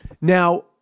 Now